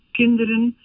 kinderen